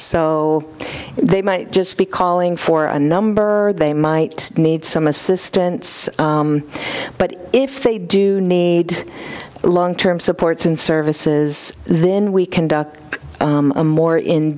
so they might just be calling for a number or they might need some assistance but if they do need long term supports and services then we conduct a more in